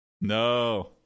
No